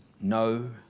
no